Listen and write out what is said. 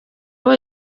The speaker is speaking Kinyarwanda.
abo